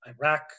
Iraq